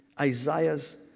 Isaiah's